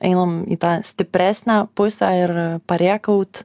einam į tą stipresnę pusę ir parėkaut